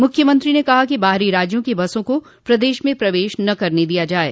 मुख्यमंत्री ने कहा कि बाहरी राज्यों की बसों का प्रदेश में प्रवेश न करने दिया जाये